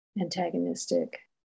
antagonistic